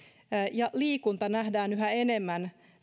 ja liikunta nähdään yhä enemmän